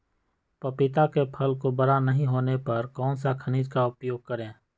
पपीता के फल को बड़ा नहीं होने पर कौन सा खनिज का उपयोग करें?